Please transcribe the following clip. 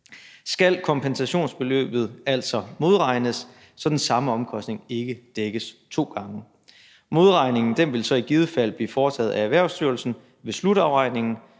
skal kompensationsbeløbet altså modregnes, så den samme omkostning ikke dækkes to gange. Modregningen vil så i givet fald blive foretaget af Erhvervsstyrelsen ved slutafregningen,